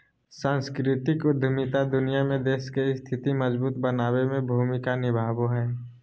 सांस्कृतिक उद्यमिता दुनिया में देश के स्थिति मजबूत बनाबे में भूमिका निभाबो हय